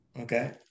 Okay